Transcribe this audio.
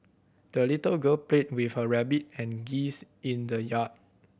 the little girl played with her rabbit and geese in the yard